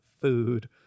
food